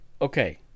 okay